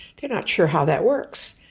they're not sure how that works.